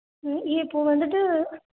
இல்லை இப்போ வந்துவிட்டு